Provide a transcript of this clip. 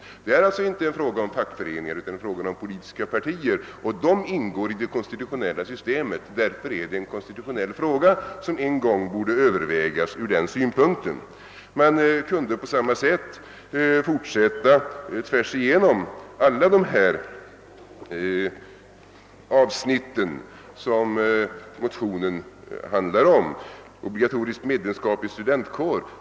Det gäller alltså inte fackföreningar utan politiska partier, och dessa ingår i det konstitutionella systemet. Därför är detta en konstitutionell fråga som en gång borde övervägas ur den synpunkten. Man kunde på samma sätt fortsätta tvärsigenom alla de avsnitt som motionen handlar om — bl.a. obligatoriskt medlemskap i studentkår.